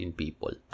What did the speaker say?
people